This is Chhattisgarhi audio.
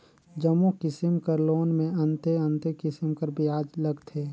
जम्मो किसिम कर लोन में अन्ते अन्ते किसिम कर बियाज लगथे